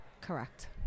Correct